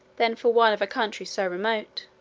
than for one of a country so remote.